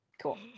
Cool